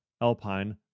Alpine